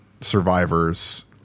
survivors